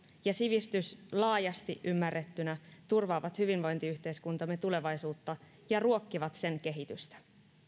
ja sivistys laajasti ymmärrettynä turvaavat hyvinvointiyhteiskuntamme tulevaisuutta ja ruokkivat sen kehitystä